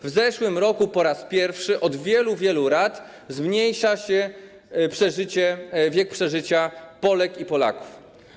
W zeszłym roku po raz pierwszy od wielu, wielu lat zmniejsza się wiek przeżycia Polek i Polaków.